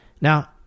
Now